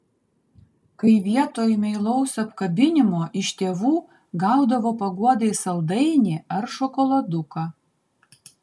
kai vietoj meilaus apkabinimo iš tėvų gaudavo paguodai saldainį ar šokoladuką